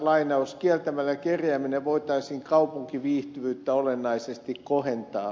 kieltämällä kerjääminen voitaisiin kaupunkiviihtyvyyttä olennaisesti kohentaa